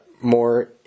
more